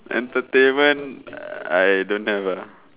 entertainment I don't have uh